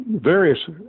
various